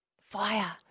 fire